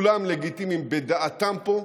כולם לגיטימיים בדעתם פה,